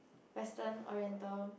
Western oriental